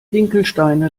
hinkelsteine